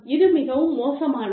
இது மிகவும் மோசமானது